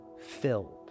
filled